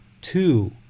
Two